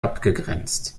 abgegrenzt